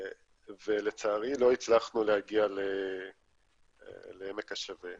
ולצערי, לא הצלחנו להגיע לעמק השווה.